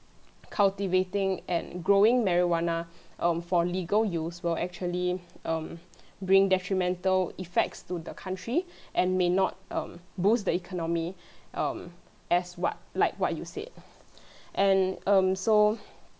cultivating and growing marijuana um for legal use will actually um bring detrimental effects to the country and may not um boost the economy um as what like what you said and um so